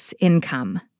income